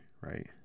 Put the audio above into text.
right